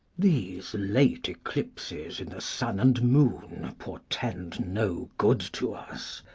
these late eclipses in the sun and moon portend no good to us.